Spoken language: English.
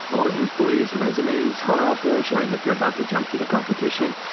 or employees resumes are out there, showing that they're about to jump to the competition,